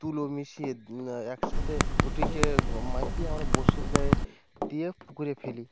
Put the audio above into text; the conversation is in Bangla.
তুলো মিশিয়ে একসাথে ওটিকে মাখিয়ে আমরা বড়শির গায়ে দিয়ে পুকুরে ফেলি